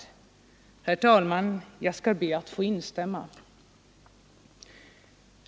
Herr talman! Jag skall be att få instämma.